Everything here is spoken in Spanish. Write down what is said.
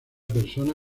persona